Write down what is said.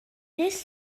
this